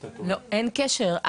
לא, אין קשר.